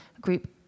group